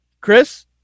Chris